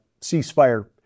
ceasefire